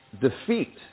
defeat